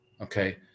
okay